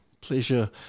pleasure